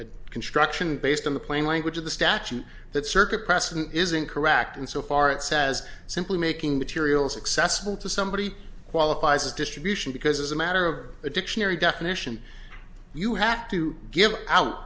a construction based on the plain language of the statute that circuit precedent isn't correct and so far it says simply making materials accessible to somebody qualifies as distribution because as a matter of a dictionary definition you have to give out